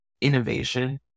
innovation